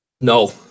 No